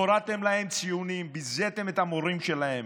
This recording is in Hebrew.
הורדתם להם ציונים, ביזיתם את המורים שלהם.